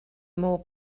more